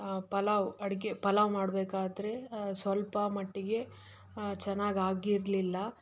ಪಲಾವ್ ಅಡುಗೆ ಪಲಾವ್ ಮಾಡಬೇಕಾದ್ರೆ ಸ್ವಲ್ಪ ಮಟ್ಟಿಗೆ ಚೆನ್ನಾಗಿ ಆಗಿರಲಿಲ್ಲ